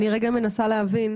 אני מנסה להבין